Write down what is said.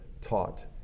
taught